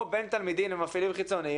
או בין תלמידים למפעילים חיצוניים,